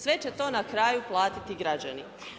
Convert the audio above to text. Sve će to na kraju platiti građani.